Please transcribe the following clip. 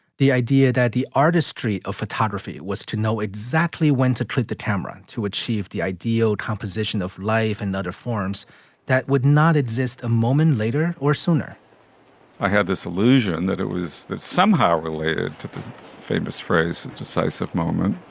the idea that the artistry of photography was to know exactly when to treat the camera, to achieve the ideal composition of life and other forms that would not exist a moment later or sooner i had this illusion that it was somehow related to the famous phrase decisive moment